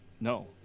No